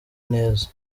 neza